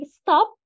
stop